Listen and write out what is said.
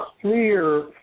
clear